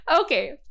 okay